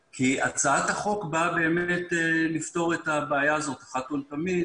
הצעת החוק באה לפתור את הבעיה הזו אחת ולתמיד.